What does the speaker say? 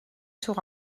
sur